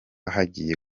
hagiye